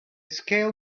scale